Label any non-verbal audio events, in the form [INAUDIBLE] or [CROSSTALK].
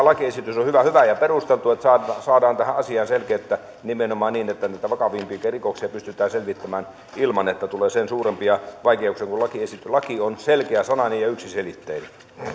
[UNINTELLIGIBLE] lakiesitys on on hyvä ja perusteltu että saadaan tähän asiaan selkeyttä nimenomaan niin että näitä vakavimpiakin rikoksia pystytään selvittämään ilman että tulee sen suurempia vaikeuksia kun laki on selkeäsanainen ja yksiselitteinen